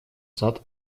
сад